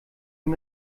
ihm